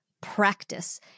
practice